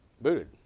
booted